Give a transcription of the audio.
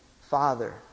Father